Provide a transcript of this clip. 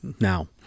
Now